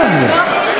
מה זה?